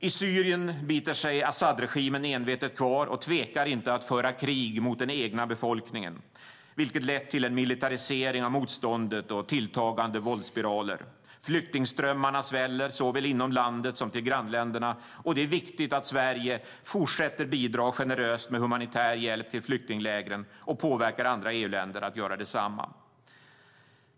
I Syrien biter sig Assadregimen envetet kvar och tvekar inte att föra krig mot den egna befolkningen, vilket lett till en militarisering av motståndet och tilltagande våldsspiraler. Flyktingströmmarna sväller, såväl inom landet som till grannländerna, och det är viktigt att Sverige fortsätter att bidra generöst med humanitär hjälp till flyktinglägren och påverkar andra EU-länder att göra detsamma.